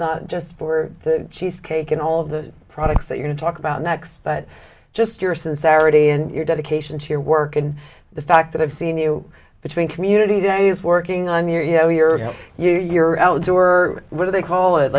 as just for the cheesecake and all of the products that you talk about next that just your sincerity and your dedication to your work and the fact that i've seen you between community days working on your you know your you your outdoor whether they call it